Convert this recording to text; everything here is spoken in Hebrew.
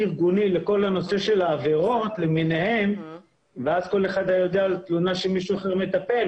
לכל העבירות למיניהן וכל אחד היה יודע על תלונה שבה מטפל מישהו אחר,